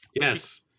Yes